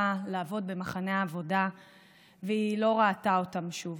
לעבוד במחנה העבודה והיא לא ראתה אותם שוב.